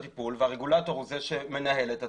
הטיפול והרגולטור הוא זה שמנהל את הטיפול,